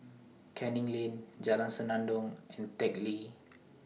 Canning Lane Jalan Senandong and Teck Lee